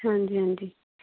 ਹਾਂਜੀ ਹਾਂਜੀ